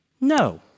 no